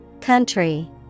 Country